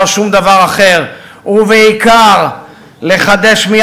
אני אזכיר לך כי